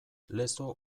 lezo